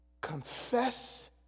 confess